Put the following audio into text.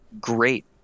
great